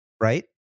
right